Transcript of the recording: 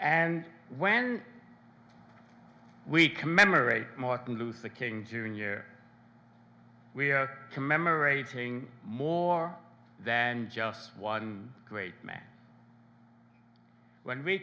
and when we commemorate martin luther king jr we're commemorating more than just one great man when we